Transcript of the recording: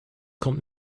kommt